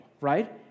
right